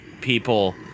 people